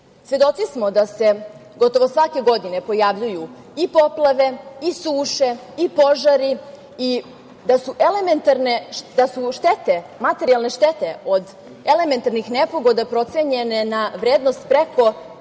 Svedoci smo da se gotovo svake godine pojavljuju i poplave i suše i požari i da su materijalne štete od elementarnih nepogoda procenjene na vrednost preko